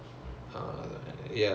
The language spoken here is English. oh gleneagles